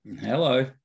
Hello